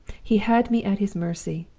he had me at his mercy,